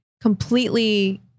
completely